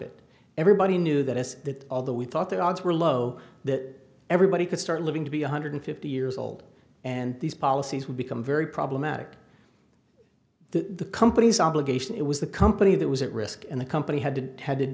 it everybody knew that this that although we thought their odds were low that everybody could start living to be one hundred fifty years old and these policies would become very problematic the company's obligation it was the company that was at risk and the company had to had to